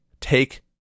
Take